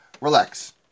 Relax